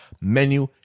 menu